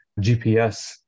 GPS